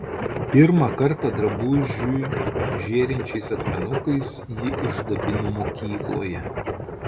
pirmą kartą drabužį žėrinčiais akmenukais ji išdabino mokykloje